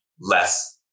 less